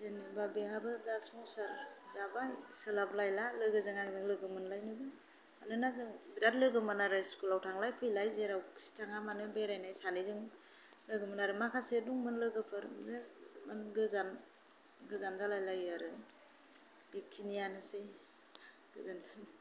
जेनेबा बेहाबो दा संसार जाबाय सोलाबलायला लोगोजों आंजों लोगो मोनलायला मानोना जों बिराद लोगोमोन आरो स्कुलाव थांलाय फैलाय जेरावखि थाङा मानो बेरायनाय सानैजों लोगोमोन आरो माखासे लोगोफोर दं बिदिनो गोजान जालायलायो आरो बेखिनियानोसै गोजोनथों